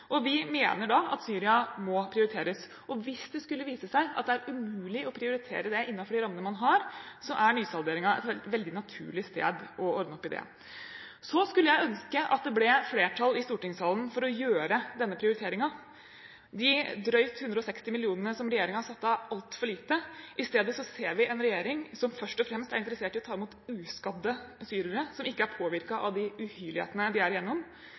og vi mener at Syria må prioriteres. Hvis det skulle vise seg at det er umulig å prioritere det innenfor de rammene man har, er nysalderingen et veldig naturlig sted å ordne opp i det. Jeg skulle ønske at det ble flertall i stortingssalen for å gjøre denne prioriteringen. De drøyt 160 mill. kr som regjeringen har satt av, er altfor lite. I stedet ser vi en regjering som først og fremst er interessert i å ta imot uskadde syrere som ikke er påvirket av de uhyrlighetene de